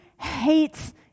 hates